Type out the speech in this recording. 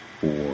four